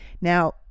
Now